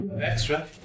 Extra